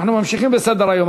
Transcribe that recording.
אנחנו ממשיכים בסדר-היום.